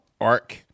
arc